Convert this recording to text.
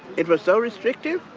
it was so restrictive,